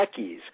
techies